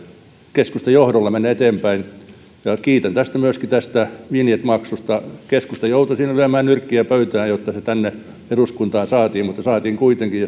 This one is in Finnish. keskustan johdolla se menee eteenpäin ja kiitän myöskin tästä vinjettimaksusta keskusta joutui siinä lyömään nyrkkiä pöytään jotta se tänne eduskuntaan saatiin mutta saatiin kuitenkin